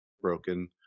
broken